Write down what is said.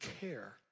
care